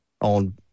on